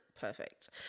perfect